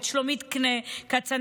את שלומית כצנלסון,